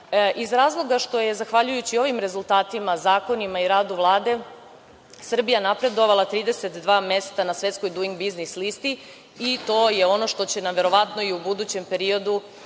iz razloga što je zahvaljujući ovim rezultatima, zakonima i radu Vlade Srbija napredovala 32 mesta na svetskoj „Duing biznis listi“ i to je ono što će nam verovatno i budućem periodu